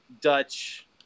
Dutch